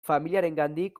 familiarengandik